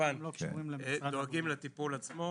כמובן דואגים לטיפול עצמו